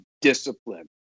discipline